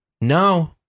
no